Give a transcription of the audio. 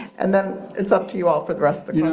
and then it's up to you all for the rest but you know